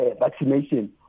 vaccination